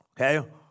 Okay